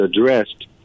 addressed